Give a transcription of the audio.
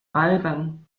albern